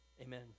Amen